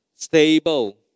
stable